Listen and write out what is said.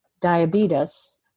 diabetes